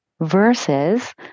versus